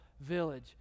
village